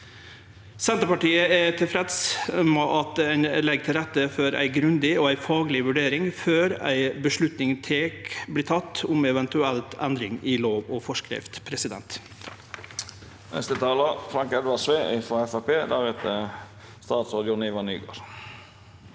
Senterpartiet er tilfreds med at ein legg til rette for ei grundig og ei fagleg vurdering før ei avgjerd vert teken om eventuell endring i lov og forskrift.